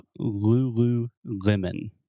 Lululemon